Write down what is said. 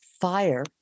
fire